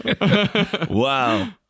Wow